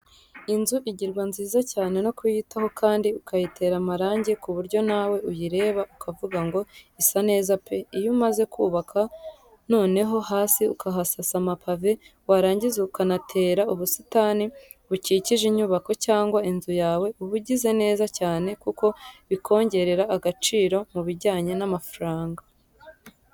Inzu igirwa nziza cyane no kuyitaho kandi ukayitera amarangi ku buryo nawe uyireba ukavuga ngo isa neza pe! Iyo umaze kubaka noneho hasi ukahasasa amapave, warangiza ukanatera ubusitani bukikije inyubako cyangwa inzu yawe uba ugize neza cyane kuko bikongerera agaciro mu bijyanye n'amafaranga.